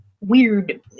weird